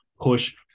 push